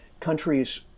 countries